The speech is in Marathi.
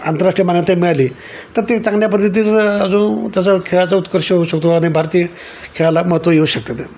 आंतरराष्ट्रीय मान्यता मिळाली तर ते चांगल्या पद्धितीचं अजून त्याचा खेळाचा उत्कर्ष होऊ शकतो आणि भारतीय खेळाला महत्त्व येऊ शकते ते